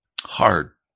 Hard